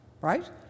right